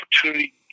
Opportunity